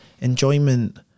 enjoyment